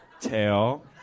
tail